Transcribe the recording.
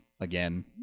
again